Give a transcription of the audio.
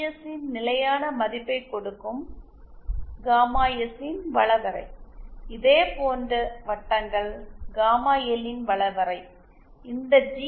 எஸ்ஸின் நிலையான மதிப்பைக் கொடுக்கும் காமா எஸ் இன் லோகஸ் இதேபோன்ற வட்டங்கள் காமா எல் இன் லோகஸ் இந்த ஜி